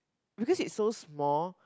because it's so small